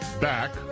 back